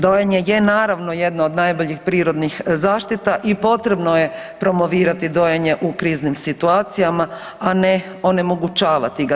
Dojenje je naravno jedno od najboljih prirodnih zaštita i potrebno je promovirati dojenje u kriznim situacijama, a ne onemogućavati ga.